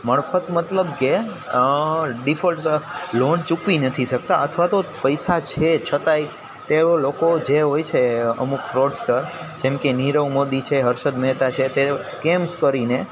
મળફત મતલબ કે defaults loan ચૂકવી નથી શકતા અથવા તો પૈસા છે છતાંય તેઓ લોકો જે હોય છે અમુક ફ્રોડસ્ટર જેમ કે નીરવ મોદી છે હર્ષદ મહેતા છે તે સ્કેમ્સ કરીને